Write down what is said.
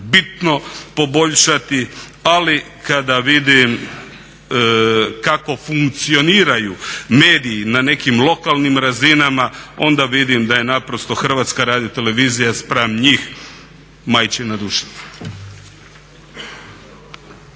bitno poboljšati ali kada vidim kako funkcioniraju mediji na nekim lokalnim razinama onda vidim da je naprosto HRT spram njih majčina dušica.